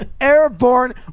Airborne